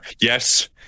Yes